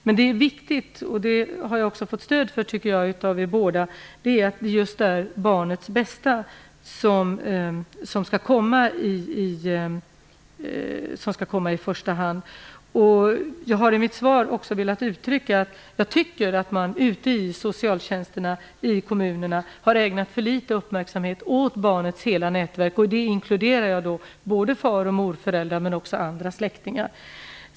Det är viktigt, vilket jag tycker att jag har fått stöd för av er båda, att barnets bästa skall komma i första hand. I mitt svar har jag också velat uttrycka att jag tycker att man ute på socialtjänsten i kommunerna har ägnat för litet uppmärksamhet åt barnets hela nätverk. I det inkluderar jag far och morföräldrar men också andra släktingar.